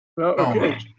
Okay